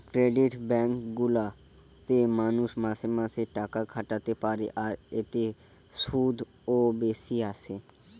credit bank গুলা তে মানুষ মাসে মাসে টাকা খাটাতে পারে আর এতে শুধও বেশি আসে